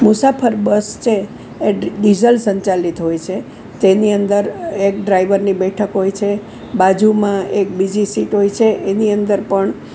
મુસાફર બસ છે એ ડ ડીઝલ સંચાલીત હોય છે તેની અંદર એક ડ્રાઇવરની બેઠક હોય છે બાજુમાં એક બીજી સીટ હોય છે એની અંદર પણ